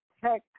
tech